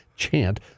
chant